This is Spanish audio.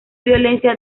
violencia